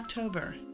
October